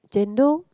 Chendol